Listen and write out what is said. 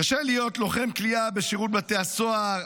קשה להיות לוחם כליאה בשירות בתי הסוהר.